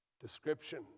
description